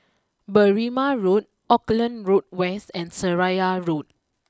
Berrima Road Auckland Road West and Seraya Road